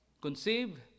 conceived